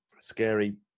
scary